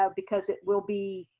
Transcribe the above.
ah because it will be,